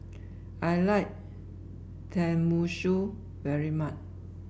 I like Tenmusu very much